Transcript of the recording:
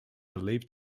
believed